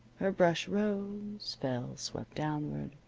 her brush rose, fell, swept downward,